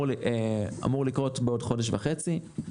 ואמור לקרות בעוד חודש וחצי.